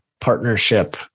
partnership